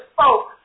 spoke